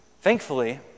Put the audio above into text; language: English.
Thankfully